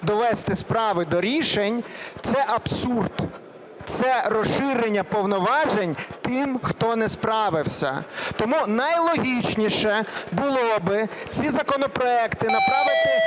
довести справи до рішень. Це абсурд, це розширення повноважень тим, хто не справився. Тому найлогічніше було би ці законопроекти направити